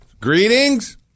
Greetings